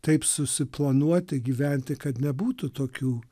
taip susiplanuoti gyventi kad nebūtų tokių